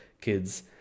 kids